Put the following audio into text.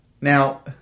Now